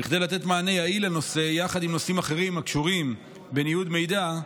וכדי לתת מענה יעיל לנושא יחד עם נושאים אחרים הקשורים בניוד מידע,